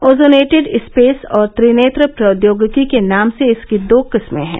ozonated space और त्रिनेत्र प्रौद्योगिकी के नाम से इसकी दो किस्में हैं